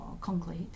concrete